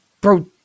bro